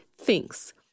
Thinks